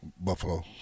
Buffalo